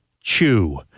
Chew